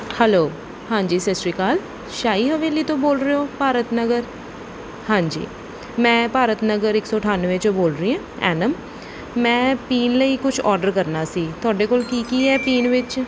hello ਹਾਂਜੀ ਸਤਿ ਸ਼੍ਰੀ ਅਕਾਲ ਸ਼ਾਹੀ ਹਵੇਲੀ ਤੋਂ ਬੋਲ ਰਹੇ ਹੋ ਭਾਰਤ ਨਗਰ ਹਾਂਜੀ ਮੈਂ ਭਾਰਤ ਨਗਰ ਇੱਕ ਸੌ ਅਠਾਨਵੇਂ 'ਚੋਂ ਬੋਲ ਰਹੀ ਹਾਂ ਐਨਮ ਮੈਂ ਪੀਣ ਲਈ ਕੁਛ ਔਡਰ ਕਰਨਾ ਸੀ ਤੁਹਾਡੇ ਕੋਲ ਕੀ ਕੀ ਹੈ ਪੀਣ ਵਿੱਚ